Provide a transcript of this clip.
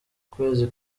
kwezi